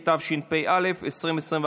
התשפ"א 2021,